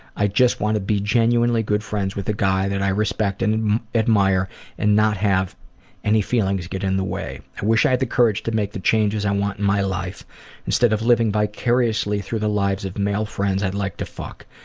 i just want to be genuinely good friends with a guy that i respect and admire and not have any feelings get in the way. i wish i had the courage to make the changes i want in my life instead of living vicariously through the lives of male friends i'd like to fuck.